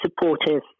supportive